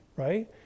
Right